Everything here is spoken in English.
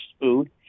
food